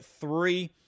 three